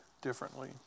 differently